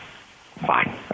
Fine